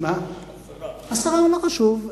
עשרה מנדטים.